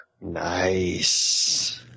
Nice